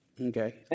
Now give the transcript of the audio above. Okay